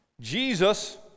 Jesus